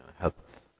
health